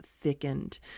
thickened